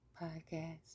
podcast